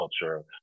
culture